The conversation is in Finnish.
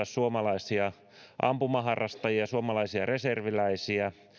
suomalaisia ampumaharrastajia suomalaisia reserviläisiä